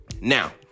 Now